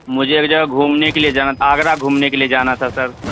مجھے ایک جگہ گھومنے کے لیے جانا آگرہ گھومنے کے لیے جانا تھا سر